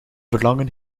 verlangen